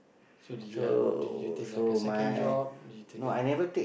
so did you have did you take like a second job did you take a